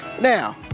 now